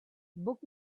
book